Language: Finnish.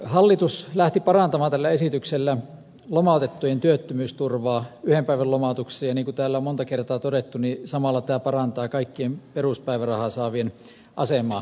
hallitus lähti parantamaan tällä esityksellä yhdeksi päiväksi lomautettujen työttömyysturvaa ja niin kuin täällä on monta kertaa todettu samalla tämä parantaa kaikkien peruspäivärahaa saavien asemaa